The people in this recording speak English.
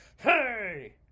hey